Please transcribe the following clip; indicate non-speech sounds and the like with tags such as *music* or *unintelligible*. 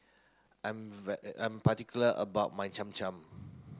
I'm *unintelligible* I'm particular about my Cham Cham